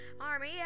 army